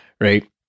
right